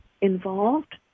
involved